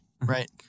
Right